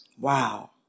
wow